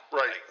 right